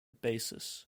basis